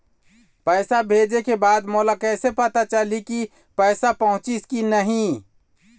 पैसा भेजे के बाद मोला कैसे पता चलही की पैसा पहुंचिस कि नहीं?